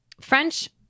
French